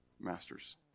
masters